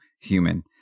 human